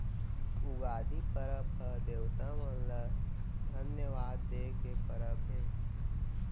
उगादी परब ह देवता मन ल धन्यवाद दे के परब हे